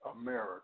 America